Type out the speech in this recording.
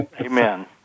Amen